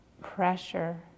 pressure